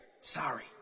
Sorry